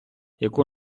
яку